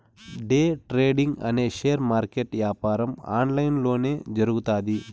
day trading అనే share market యాపారం online లొనే జరుగుతాది